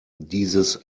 dieses